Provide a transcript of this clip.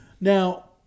Now